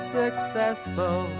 successful